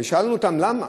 שאלנו אותם למה,